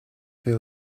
fait